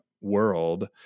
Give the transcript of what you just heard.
world